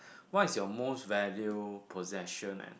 what is your most value possession and